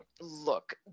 Look